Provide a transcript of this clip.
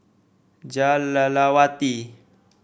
Jah Lelawati